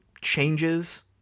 changes